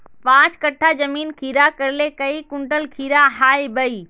पाँच कट्ठा जमीन खीरा करले काई कुंटल खीरा हाँ बई?